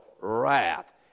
wrath